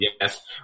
Yes